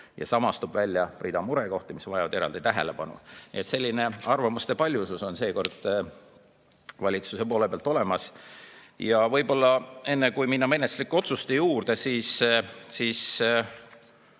samas tuuakse välja rida murekohti, mis vajavad eraldi tähelepanu. Selline arvamuste paljusus on seekord valitsuse poole pealt olemas. Ja võib-olla enne, kui minna menetluslike otsuste juurde, ma